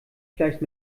vielleicht